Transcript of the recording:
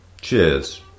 cheers